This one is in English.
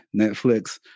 Netflix